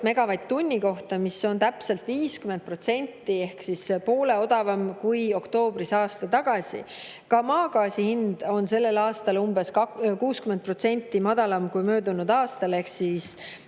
megavatt-tunni kohta, mis on täpselt 50% ehk poole odavam kui oktoobris aasta tagasi. Ka maagaasi hind on sellel aastal umbes 60% madalam kui möödunud aastal, sel